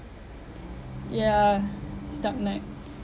yeah it's dark knight